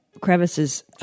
crevices